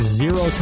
zero